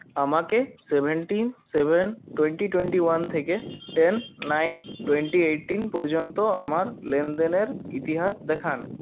আমাকে seventeen seven twenty twenty one থেকে ten nine twenty eighteen পর্যন্ত আমার লেনদেনের ইতিহাস দেখান